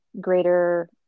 greater